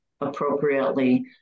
appropriately